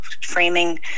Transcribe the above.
framing